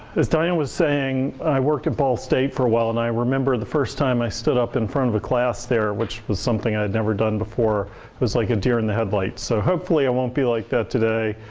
as dinah was saying, i worked at ball state for a while and i remember the first time i stood up in front of a class there, which was something i'd never done before. it was like a deer in the headlights, so hopefully i won't be like that today.